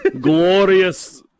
Glorious